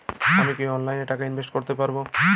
আমি কি অনলাইনে টাকা ইনভেস্ট করতে পারবো?